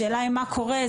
השאלה היא מה קורה,